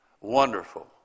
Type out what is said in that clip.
Wonderful